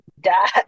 dad